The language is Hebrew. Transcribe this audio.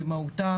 במהותה,